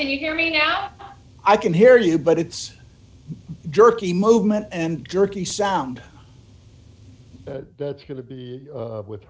can you hear me now i can hear you but it's jerky movement and jerky sound that's going to be with